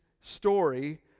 story